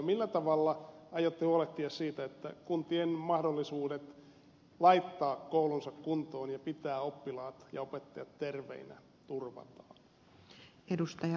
millä tavalla aiotte huolehtia siitä että kuntien mahdollisuudet laittaa koulunsa kuntoon ja pitää oppilaat ja opettajat terveinä turvataan